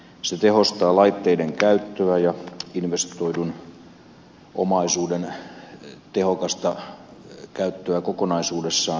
se tehostaa laitteiden käyttöä ja investoidun omaisuuden tehokasta käyttöä kokonaisuudessaan